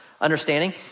understanding